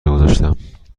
گذاشتم